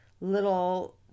little